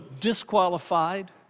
disqualified